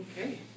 Okay